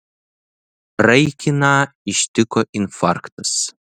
raikiną ištiko infarktas